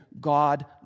God